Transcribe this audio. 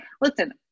listen